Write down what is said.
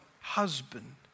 husband